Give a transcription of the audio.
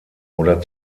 oder